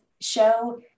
show